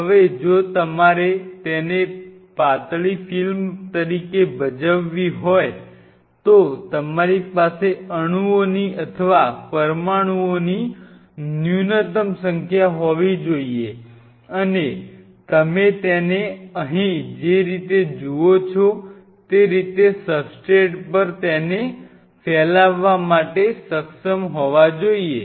હવે જો તમારે તેને પાતળી ફિલ્મ તરીકે ભજવવી હોય તો તમારી પાસે અણુઓની અથવા પરમાણુઓની ન્યૂનતમ સંખ્યા હોવી જોઈએ અને તમે તેને અહીં જે રીતે જુઓ છો તે રીતે સબસ્ટ્રેટ પર તેને ફેલાવવા માટે સક્ષમ હોવા જોઈએ